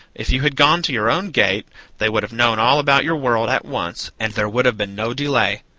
if you had gone to your own gate they would have known all about your world at once and there would have been no delay.